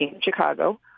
Chicago